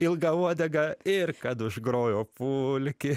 ilgą uodegą ir kad užgrojo pulki